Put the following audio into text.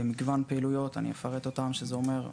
במגוון פעילויות, אני אפרט אותן, שזה אומר,